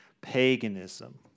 paganism